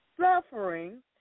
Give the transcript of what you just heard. Suffering